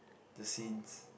the scene